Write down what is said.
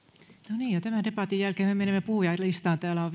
no niin tämän debatin jälkeen me menemme puhujalistaan täällä on